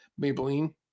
Maybelline